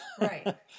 right